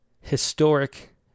Historic